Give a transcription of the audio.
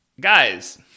Guys